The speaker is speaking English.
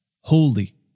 holy